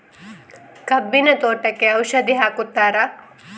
ಕಬ್ಬಿನ ತೋಟಕ್ಕೆ ಔಷಧಿ ಹಾಕುತ್ತಾರಾ?